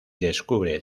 descubre